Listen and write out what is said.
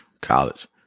College